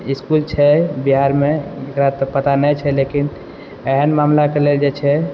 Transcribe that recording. इसकुल छै बिहारमे एकरा तऽ पता नहि छै लेकिन एहन मामलाके लेल जे छै